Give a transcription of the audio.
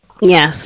Yes